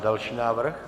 Další návrh.